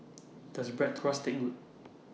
Does Bratwurst Taste Good